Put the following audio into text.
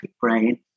brain